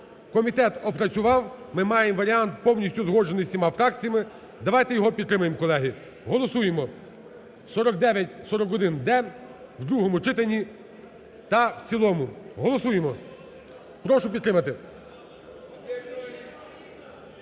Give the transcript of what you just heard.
Комітет опрацював ми маємо варіант повністю узгоджений з усіма фракціями давайте його підтримаємо колеги, голосуємо 4941-д в другому читанні та в цілому. Голосуємо. Прошу підтримати.